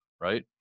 Right